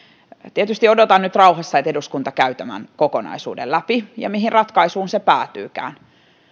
tietysti odotan nyt rauhassa että eduskunta käy tämän kokonaisuuden läpi ja mihin ratkaisuun se päätyykään